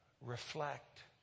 Reflect